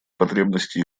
потребностей